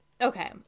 Okay